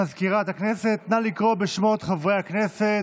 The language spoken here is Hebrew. מזכירת הכנסת, נא לקרוא בשמות חברי הכנסת.